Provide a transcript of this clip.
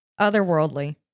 Otherworldly